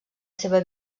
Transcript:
seva